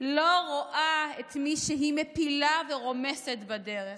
לא רואה את מי שהיא מפילה ורומסת בדרך.